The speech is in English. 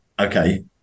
okay